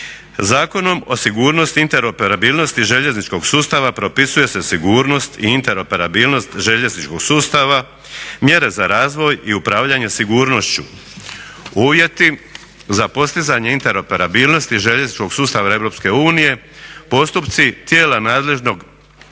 Zakonom o sigurnosti interoperabilnosti željezničkog sustava propisuje se sigurnost i interoperabilnost željezničkog sustava, mjere za razvoj i upravljanje sigurnošću. Uvjeti za postizanje interoperabilnosti željezničkog sustava EU postupci tijela nadležnog